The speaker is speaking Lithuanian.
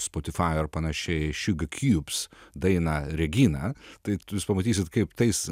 spotify ar panašiai sugar cubes dainą regina tai jūs pamatysite kaip tais